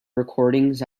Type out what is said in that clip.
recordings